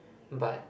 but